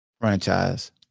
franchise